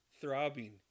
throbbing